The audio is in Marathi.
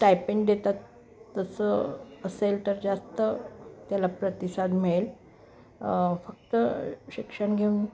स्टायपेंड देतात तसं असेल तर जास्त त्याला प्रतिसाद मिळेल फक्त शिक्षण घेऊन